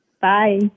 Bye